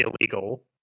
illegal